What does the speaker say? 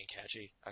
catchy